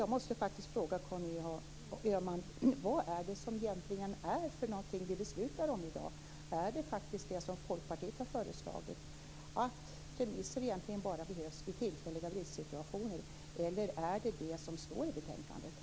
Jag måste fråga Conny Öhman: Vad är det som vi beslutar om i dag? Är det det som Folkpartiet har föreslagit, att remisser egentligen bara skall behövas vid tillfälliga bristsituationer? Eller är det det som står i betänkandet?